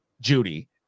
Judy